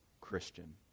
Christian